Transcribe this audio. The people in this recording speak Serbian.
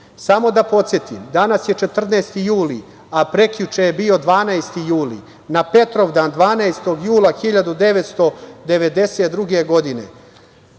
da podsetim, danas je 14. juli, a prekjuče je bio 12. juli. Na Petrovdan 12. jula 1992. godine